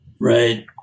Right